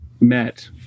met